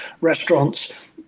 restaurants